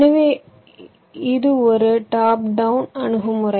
எனவே இது ஒரு டாப் டவுன் அணுகுமுறை